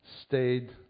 stayed